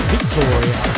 Victoria